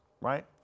right